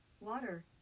water